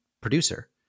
producer